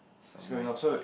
is going off so